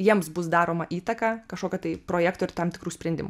jiems bus daroma įtaka kažkokio tai projekto ir tam tikrų sprendimų